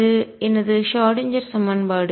அது எனது ஷ்ராடின்ஜெர் சமன்பாடு